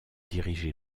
dirigé